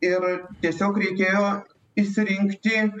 ir tiesiog reikėjo išsirinkti